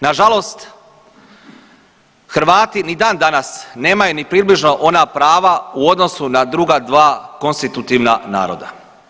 Nažalost Hrvati ni dandanas nemaju ni približno ona prava u odnosu na druga dva konstitutivna naroda.